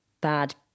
bad